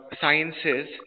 sciences